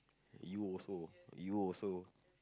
you also you also